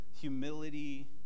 humility